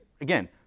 again